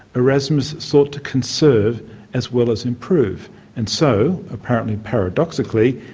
erasmus sought to conserve as well as improve and so, apparently paradoxically,